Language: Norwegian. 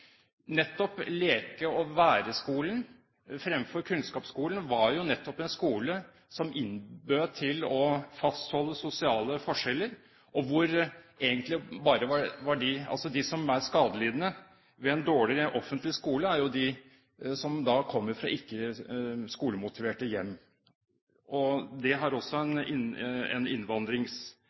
nettopp leke- og væreskolen fremfor kunnskapsskolen var jo nettopp en skole som innbød til å fastholde sosiale forskjeller. De som er skadelidende ved en dårlig offentlig skole, er jo de som kommer fra ikke skolemotiverte hjem. Det har også en innvandringspolitisk komponent. Når man løfter nivået for skoletilbudet i en